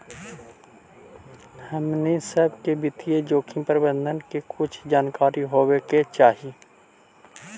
हमनी सब के वित्तीय जोखिम प्रबंधन के कुछ जानकारी होवे के चाहि